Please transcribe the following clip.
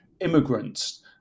immigrants